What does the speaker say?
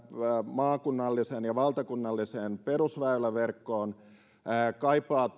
maakunnalliseen ja valtakunnalliseen perusväyläverkkoon se kaipaa